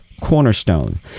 cornerstone